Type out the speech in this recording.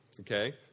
Okay